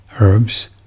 herbs